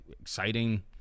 exciting